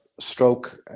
stroke